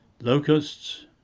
Locusts